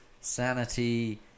Sanity